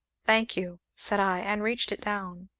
thank you! said i, and reached it down.